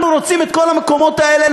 אנחנו רוצים את כל המקומות האלה,